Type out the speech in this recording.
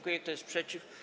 Kto jest przeciw?